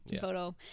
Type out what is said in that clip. photo